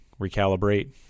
Recalibrate